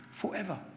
forever